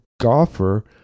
golfer